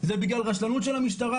זה בגלל רשלנות של המשטרה,